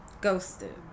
Ghosted